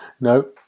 No